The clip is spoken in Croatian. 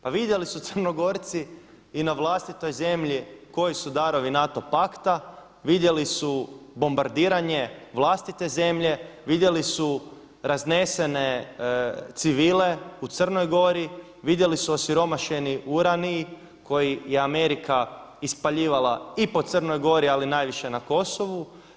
Pa vidjeli su Crnogorci i na vlastitoj zemlji koji su darovi NATO pakta, vidjeli su bombardiranje vlastite zemlje, vidjeli su raznesene civile u Crnoj Gori, vidjeli su osiromašeni urani koji je Amerika ispaljivala i po Crnoj Gori ali najviše na Kosovu.